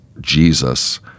Jesus